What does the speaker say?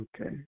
Okay